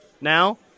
now